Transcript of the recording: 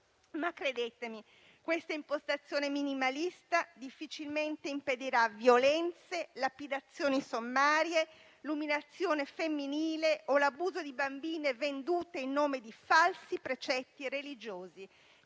afghano. Questa impostazione minimalista difficilmente impedirà violenze, lapidazioni sommarie, l'umiliazione femminile o l'abuso di bambine, vendute in nome di falsi precetti religiosi,